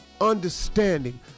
understanding